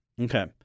Okay